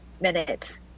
minutes